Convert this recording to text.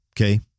okay